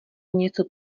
něco